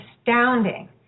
astounding